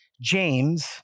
James